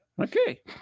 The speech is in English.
Okay